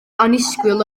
annisgwyl